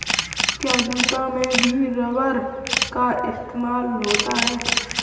क्या जूतों में भी रबर का इस्तेमाल होता है?